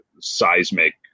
seismic